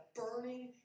burning